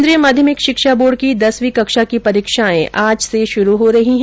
केन्द्रीय माध्यमिक शिक्षा बोर्ड की दसवीं कक्षा की परीक्षाएं आज से शुरू हो रही है